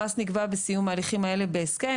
המס ניגבה בסיום ההליכים האלה בהסכם.